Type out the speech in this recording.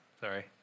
Sorry